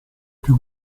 più